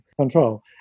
control